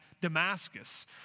Damascus